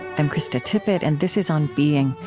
i'm krista tippett, and this is on being.